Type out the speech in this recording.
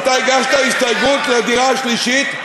הגשת הסתייגות לדירה השלישית,